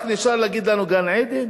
רק נשאר להגיד לנו "גן-עדן"?